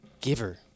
giver